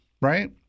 right